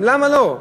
למה לא?